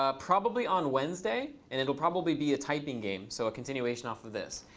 ah probably on wednesday. and it'll probably be a typing game. so a continuation off of this.